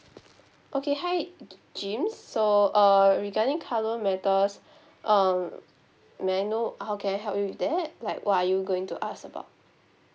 okay hi jim's so uh regarding car loan matters um may I know how can I help you with that like what are you going to ask about